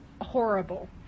horrible